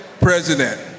President